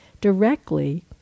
directly